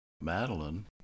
Madeline